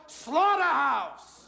slaughterhouse